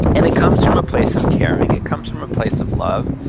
and it comes from a place of caring. it comes from a place of love.